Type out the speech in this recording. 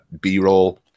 B-roll